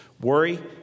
worry